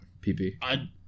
PP